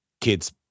kids